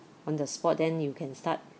on the spot then you can start